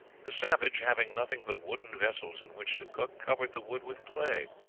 the savage, having nothing but wooden vessels in which to cook, covered the wood with clay